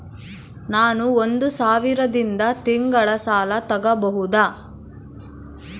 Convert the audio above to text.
ನಾನು ಒಂದು ಸಾವಿರದಿಂದ ತಿಂಗಳ ಸಾಲ ತಗಬಹುದಾ?